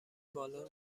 بالن